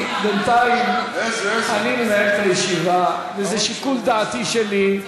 אני מנהל את הישיבה, וזה שיקול דעתי שלי,